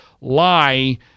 lie